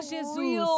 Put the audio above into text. Jesus